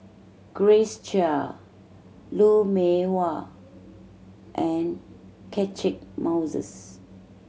Grace Chia Lou Mee Wah and Catchick Moses